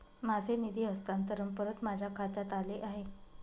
माझे निधी हस्तांतरण परत माझ्या खात्यात आले आहे